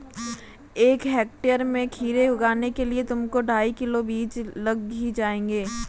एक हेक्टेयर में खीरे उगाने के लिए तुमको ढाई किलो बीज लग ही जाएंगे